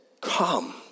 come